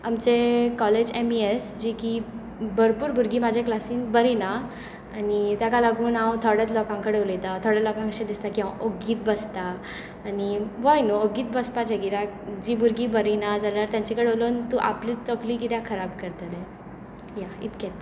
आमचें college M E S जी की भरपूर भुरगीं म्हज्या क्लासिन बरी ना आनी ताका लागून हांव थोडेंच लोकां कडेन उलयतां थोडे लोकांक अशें दिसतां की हांव ओग्गीच बसतां आनी व्हय न्हय ओगीच बसपाचें कित्याक जी भुरगीं बरी ना जाल्यार तांचे कडेन उलोवन तूं आपलीच तकली कित्याक खराब करतलें वा इतकेंच